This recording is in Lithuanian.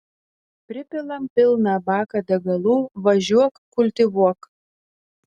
pripilam pilną baką degalų važiuok kultivuok